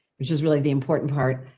which is really the important part.